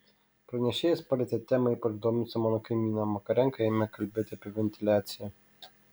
pranešėjas palietė temą ypač dominusią mano kaimyną makarenka ėmė kalbėti apie ventiliaciją